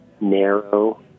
narrow